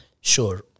Sure